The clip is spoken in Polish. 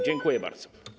Dziękuję bardzo.